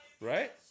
Right